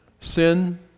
Sin